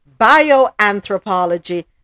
bioanthropology